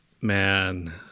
man